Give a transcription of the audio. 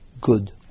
good